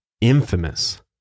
infamous